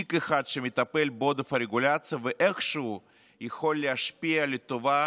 פסיק אחד שמטפל בעודף הרגולציה ואיכשהו יכול להשפיע לטובה